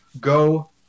Go